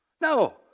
No